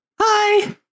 Hi